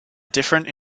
different